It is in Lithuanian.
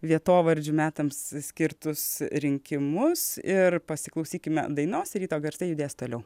vietovardžių metams skirtus rinkimus ir pasiklausykime dainos ryto garsai judės toliau